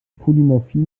polymorphie